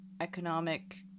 economic